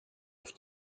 auf